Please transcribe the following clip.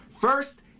First